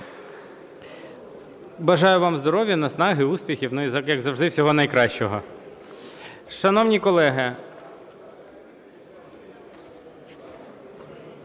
Бажаю вам здоров'я, наснаги, успіхів, і як завжди, всього найкращого! Шановні колеги,